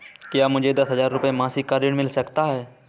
क्या मुझे दस हजार रुपये मासिक का ऋण मिल सकता है?